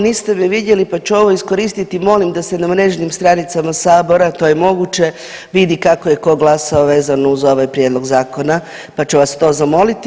Niste me vidjeli pa ću ovo iskoristiti, molim da se na mrežnim stranicama sabora to je moguće vidi kako je ko glasao vezano uz ovaj prijedlog zakona pa ću vas to zamoliti.